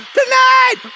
tonight